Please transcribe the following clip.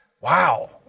wow